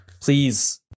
please